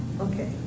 Okay